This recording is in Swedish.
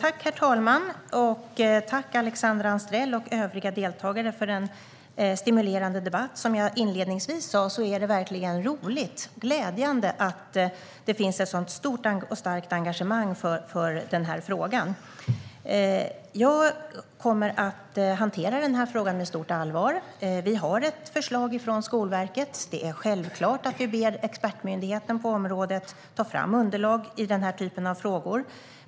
Herr talman! Jag tackar Alexandra Anstrell och övriga deltagare för en stimulerande debatt. Som jag sa inledningsvis är det verkligen roligt och glädjande att det finns ett så stort och starkt engagemang för den här frågan. Jag kommer att hantera frågan med stort allvar. Vi har ett förslag från Skolverket. Det är självklart att vi ber expertmyndigheten på området ta fram underlag i den här typen av frågor.